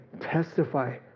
testify